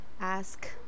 ask